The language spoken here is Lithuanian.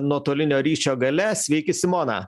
nuotolinio ryšio gale sveiki simona